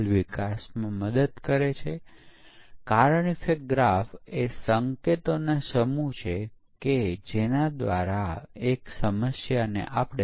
તેથી આ ટૂલ મદદરૂપ રહેશે અને ત્યાં ટૂલની બીજી કેટેગરી છે જેને સ્ક્રિપ્ટીંગ ટૂલ કહેવામાં આવે છે